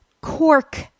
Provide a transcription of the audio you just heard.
cork